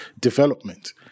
development